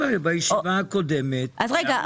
בישיבה הקודמת הם אמרו --- רגע,